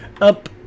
up